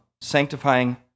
sanctifying